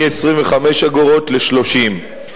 מ-25 אגורות ל-30.